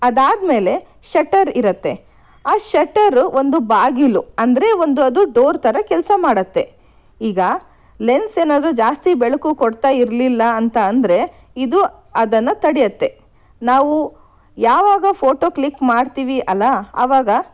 ಅದಾದ ಮೇಲೆ ಶಟ್ಟರ್ ಇರತ್ತೆ ಆ ಶಟ್ಟರ್ ಒಂದು ಬಾಗಿಲು ಅಂದರೆ ಒಂದು ಅದು ಡೋರ್ ಥರ ಕೆಲಸ ಮಾಡತ್ತೆ ಈಗ ಲೆನ್ಸ್ ಏನಾದರೂ ಜಾಸ್ತಿ ಬೆಳಕು ಕೊಡ್ತಾ ಇರಲಿಲ್ಲ ಅಂತ ಅಂದರೆ ಇದು ಅದನ್ನು ತಡಿಯತ್ತೆ ನಾವು ಯಾವಾಗ ಫೋಟೋ ಕ್ಲಿಕ್ ಮಾಡ್ತೀವಿ ಅಲ್ವಾ ಆವಾಗ